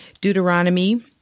Deuteronomy